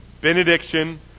benediction